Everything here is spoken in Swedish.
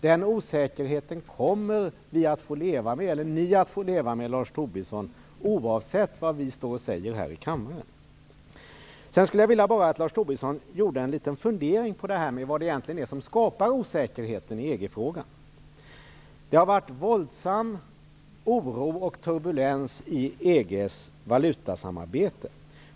Den osäkerheten kommer ni att få leva med, Lars Tobisson, oavsett vad vi säger här i kammaren. Jag skulle vilja att Lars Tobisson funderade litet över vad det egentligen är som skapar osäkerheten i EG-frågan. Det har varit en våldsam oro och turbulens i EG:s valutasamarbete.